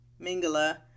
Mingala